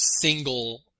single